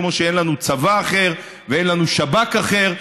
כמו שאין לנו צבא אחר ואין לנו שב"כ אחר,